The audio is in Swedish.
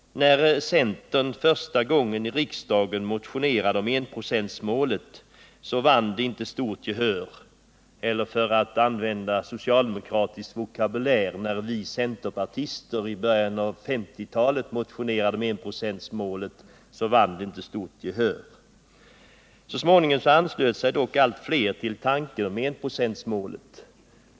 När — för att använda socialdemokratisk vokabulär — vi centerpartister i början av 1950-talet första gången motionerade i riksdagen om enprocentsmålet vann det inte stort gehör. Så småningom anslöt sig dock allt fler till tanken på enprocentsmålet.